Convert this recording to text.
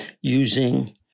using